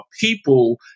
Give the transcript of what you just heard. people